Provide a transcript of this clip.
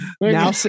Now